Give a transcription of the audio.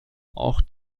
auch